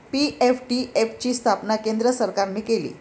PFDF ची स्थापना केंद्र सरकारने केली